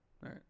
right